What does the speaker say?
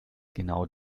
genau